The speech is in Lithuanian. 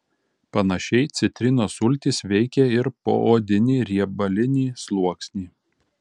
panašiai citrinos sultys veikia ir poodinį riebalinį sluoksnį